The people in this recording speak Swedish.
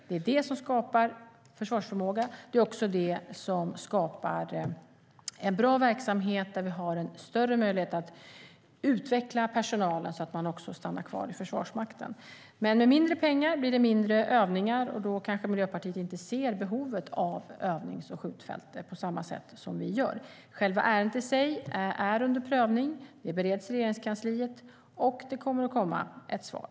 Det är det som skapar försvarsförmåga, och det är det som skapar en bra verksamhet där vi har större möjlighet att utveckla personalen så att man stannar kvar i Försvarsmakten. Med mindre pengar blir det mindre övningar, och då kanske Miljöpartiet inte ser behovet av övnings och skjutfält på samma sätt som vi gör. Själva ärendet i sig är under prövning, det bereds i Regeringskansliet och det kommer att komma ett svar.